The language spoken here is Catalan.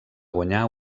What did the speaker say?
guanyar